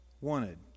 wanted